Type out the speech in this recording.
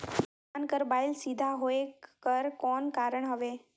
धान कर बायल सीधा होयक कर कौन कारण हवे?